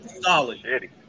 Solid